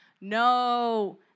No